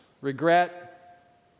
regret